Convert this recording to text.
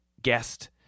guest